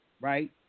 right